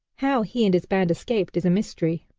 how he and his band escaped is a mystery.